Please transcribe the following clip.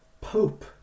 Pope